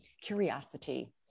curiosity